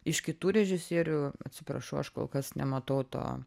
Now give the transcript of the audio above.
iš kitų režisierių atsiprašau aš kol kas nematau to